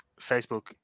Facebook